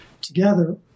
together